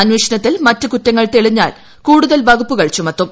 അന്വേഷണത്തിൽ മറ്റു കുറ്റങ്ങൾ തെളിഞ്ഞാൽ കൂടുതൽ വകുപ്പുകൾ ചിമൃത്തും